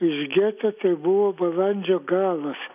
iš geto tai buvo balandžio galas